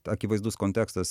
akivaizdus kontekstas